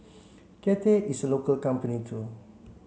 Cathay is a local company too